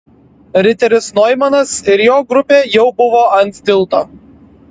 riteris noimanas ir jo grupė jau buvo ant tilto